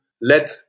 let